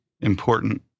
important